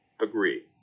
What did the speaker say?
agree